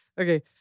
Okay